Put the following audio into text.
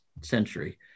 century